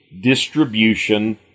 distribution